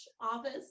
office